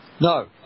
No